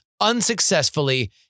unsuccessfully